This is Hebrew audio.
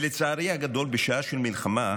לצערי הגדול בשעה של מלחמה אתה,